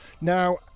now